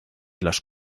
las